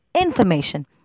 information